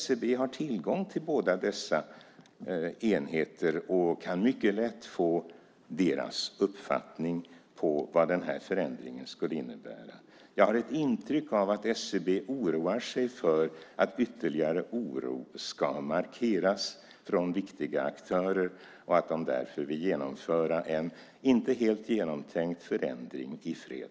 SCB har tillgång till båda dessa enheter och kan mycket lätt få deras uppfattning om vad den här förändringen skulle innebära. Jag har ett intryck av att SCB oroar sig för att ytterligare oro ska markeras från viktiga aktörer och att de därför vill genomföra en inte helt genomtänkt förändring i fred.